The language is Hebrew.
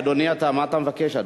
אדוני, מה אתה מבקש?